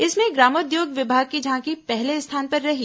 इसमें ग्रामोद्योग विभाग की झांकी पहले स्थान पर रही